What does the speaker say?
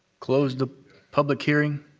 close the public hearing.